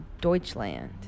Deutschland